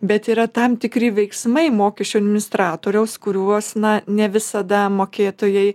bet yra tam tikri veiksmai mokesčių administratoriaus kuriuos na ne visada mokėtojai